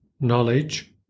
Knowledge